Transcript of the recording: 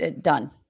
done